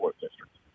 District